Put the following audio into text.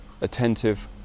attentive